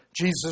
Jesus